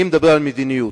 אני מדבר על מדיניות.